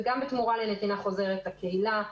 וגם בתמורה לנתינה חוזרת לקהילה.